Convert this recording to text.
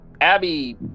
Abby